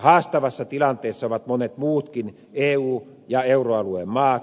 haastavassa tilanteessa ovat monet muutkin eu ja euroalueen maat